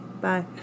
Bye